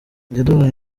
yaduhaye